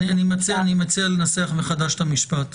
אני מציע לנסח מחדש את המשפט.